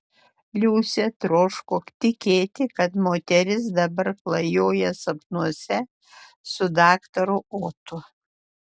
liusė troško tikėti kad moteris dabar klajoja sapnuose su daktaru otu